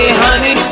honey